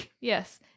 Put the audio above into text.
Yes